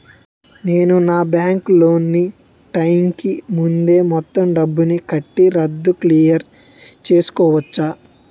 నేను నా bank loan నీ టైం కీ ముందే మొత్తం డబ్బుని కట్టి రద్దు క్లియర్ చేసుకోవచ్చా?